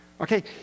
Okay